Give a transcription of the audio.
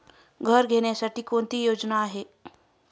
घर घेण्यासाठी कोणती योजना आहे?